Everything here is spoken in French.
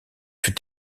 fut